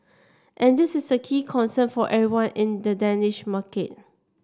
and this is a key concern for everyone in the Danish market